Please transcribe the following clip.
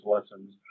lessons